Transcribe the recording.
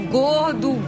gordo